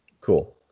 cool